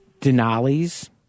Denali's